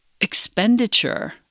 expenditure